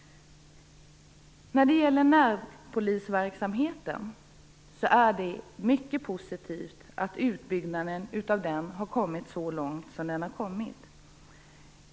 Det är mycket positivt att utbyggnaden av närpolisverksamheten har kommit så långt som den har gjort.